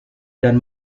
dan